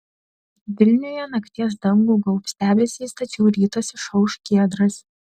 vilniuje nakties dangų gaubs debesys tačiau rytas išauš giedras